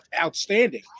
outstanding